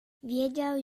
wiedział